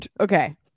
Okay